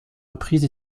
reprises